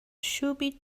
shooby